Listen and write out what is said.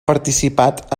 participat